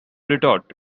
retort